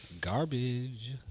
garbage